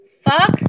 fuck